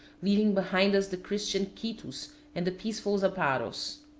leaving behind us the christian quitus and the peaceful zaparos.